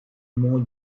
mon